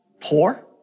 poor